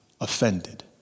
offended